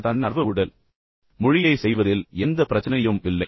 இந்த தன்னார்வ உடல் மொழியை செய்வதில் எந்த பிரச்சனையும் இல்லை